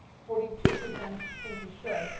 forty two percent think you should.